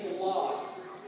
loss